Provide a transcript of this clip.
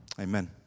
Amen